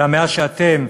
אלא מאז שאתם,